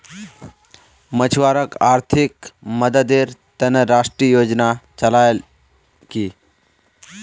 मछुवारॉक आर्थिक मददेर त न राष्ट्रीय योजना चलैयाल की